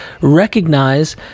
recognize